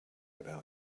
about